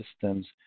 systems